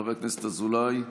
חבר הכנסת אזולאי.